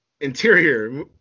Interior